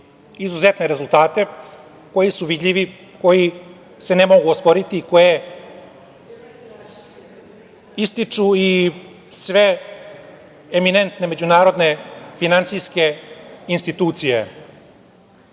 izuzetne rezultate koji su vidljivi, koji se ne mogu osporiti, koje ističu i sve eminentne međunarodne finansijske institucije.